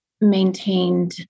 maintained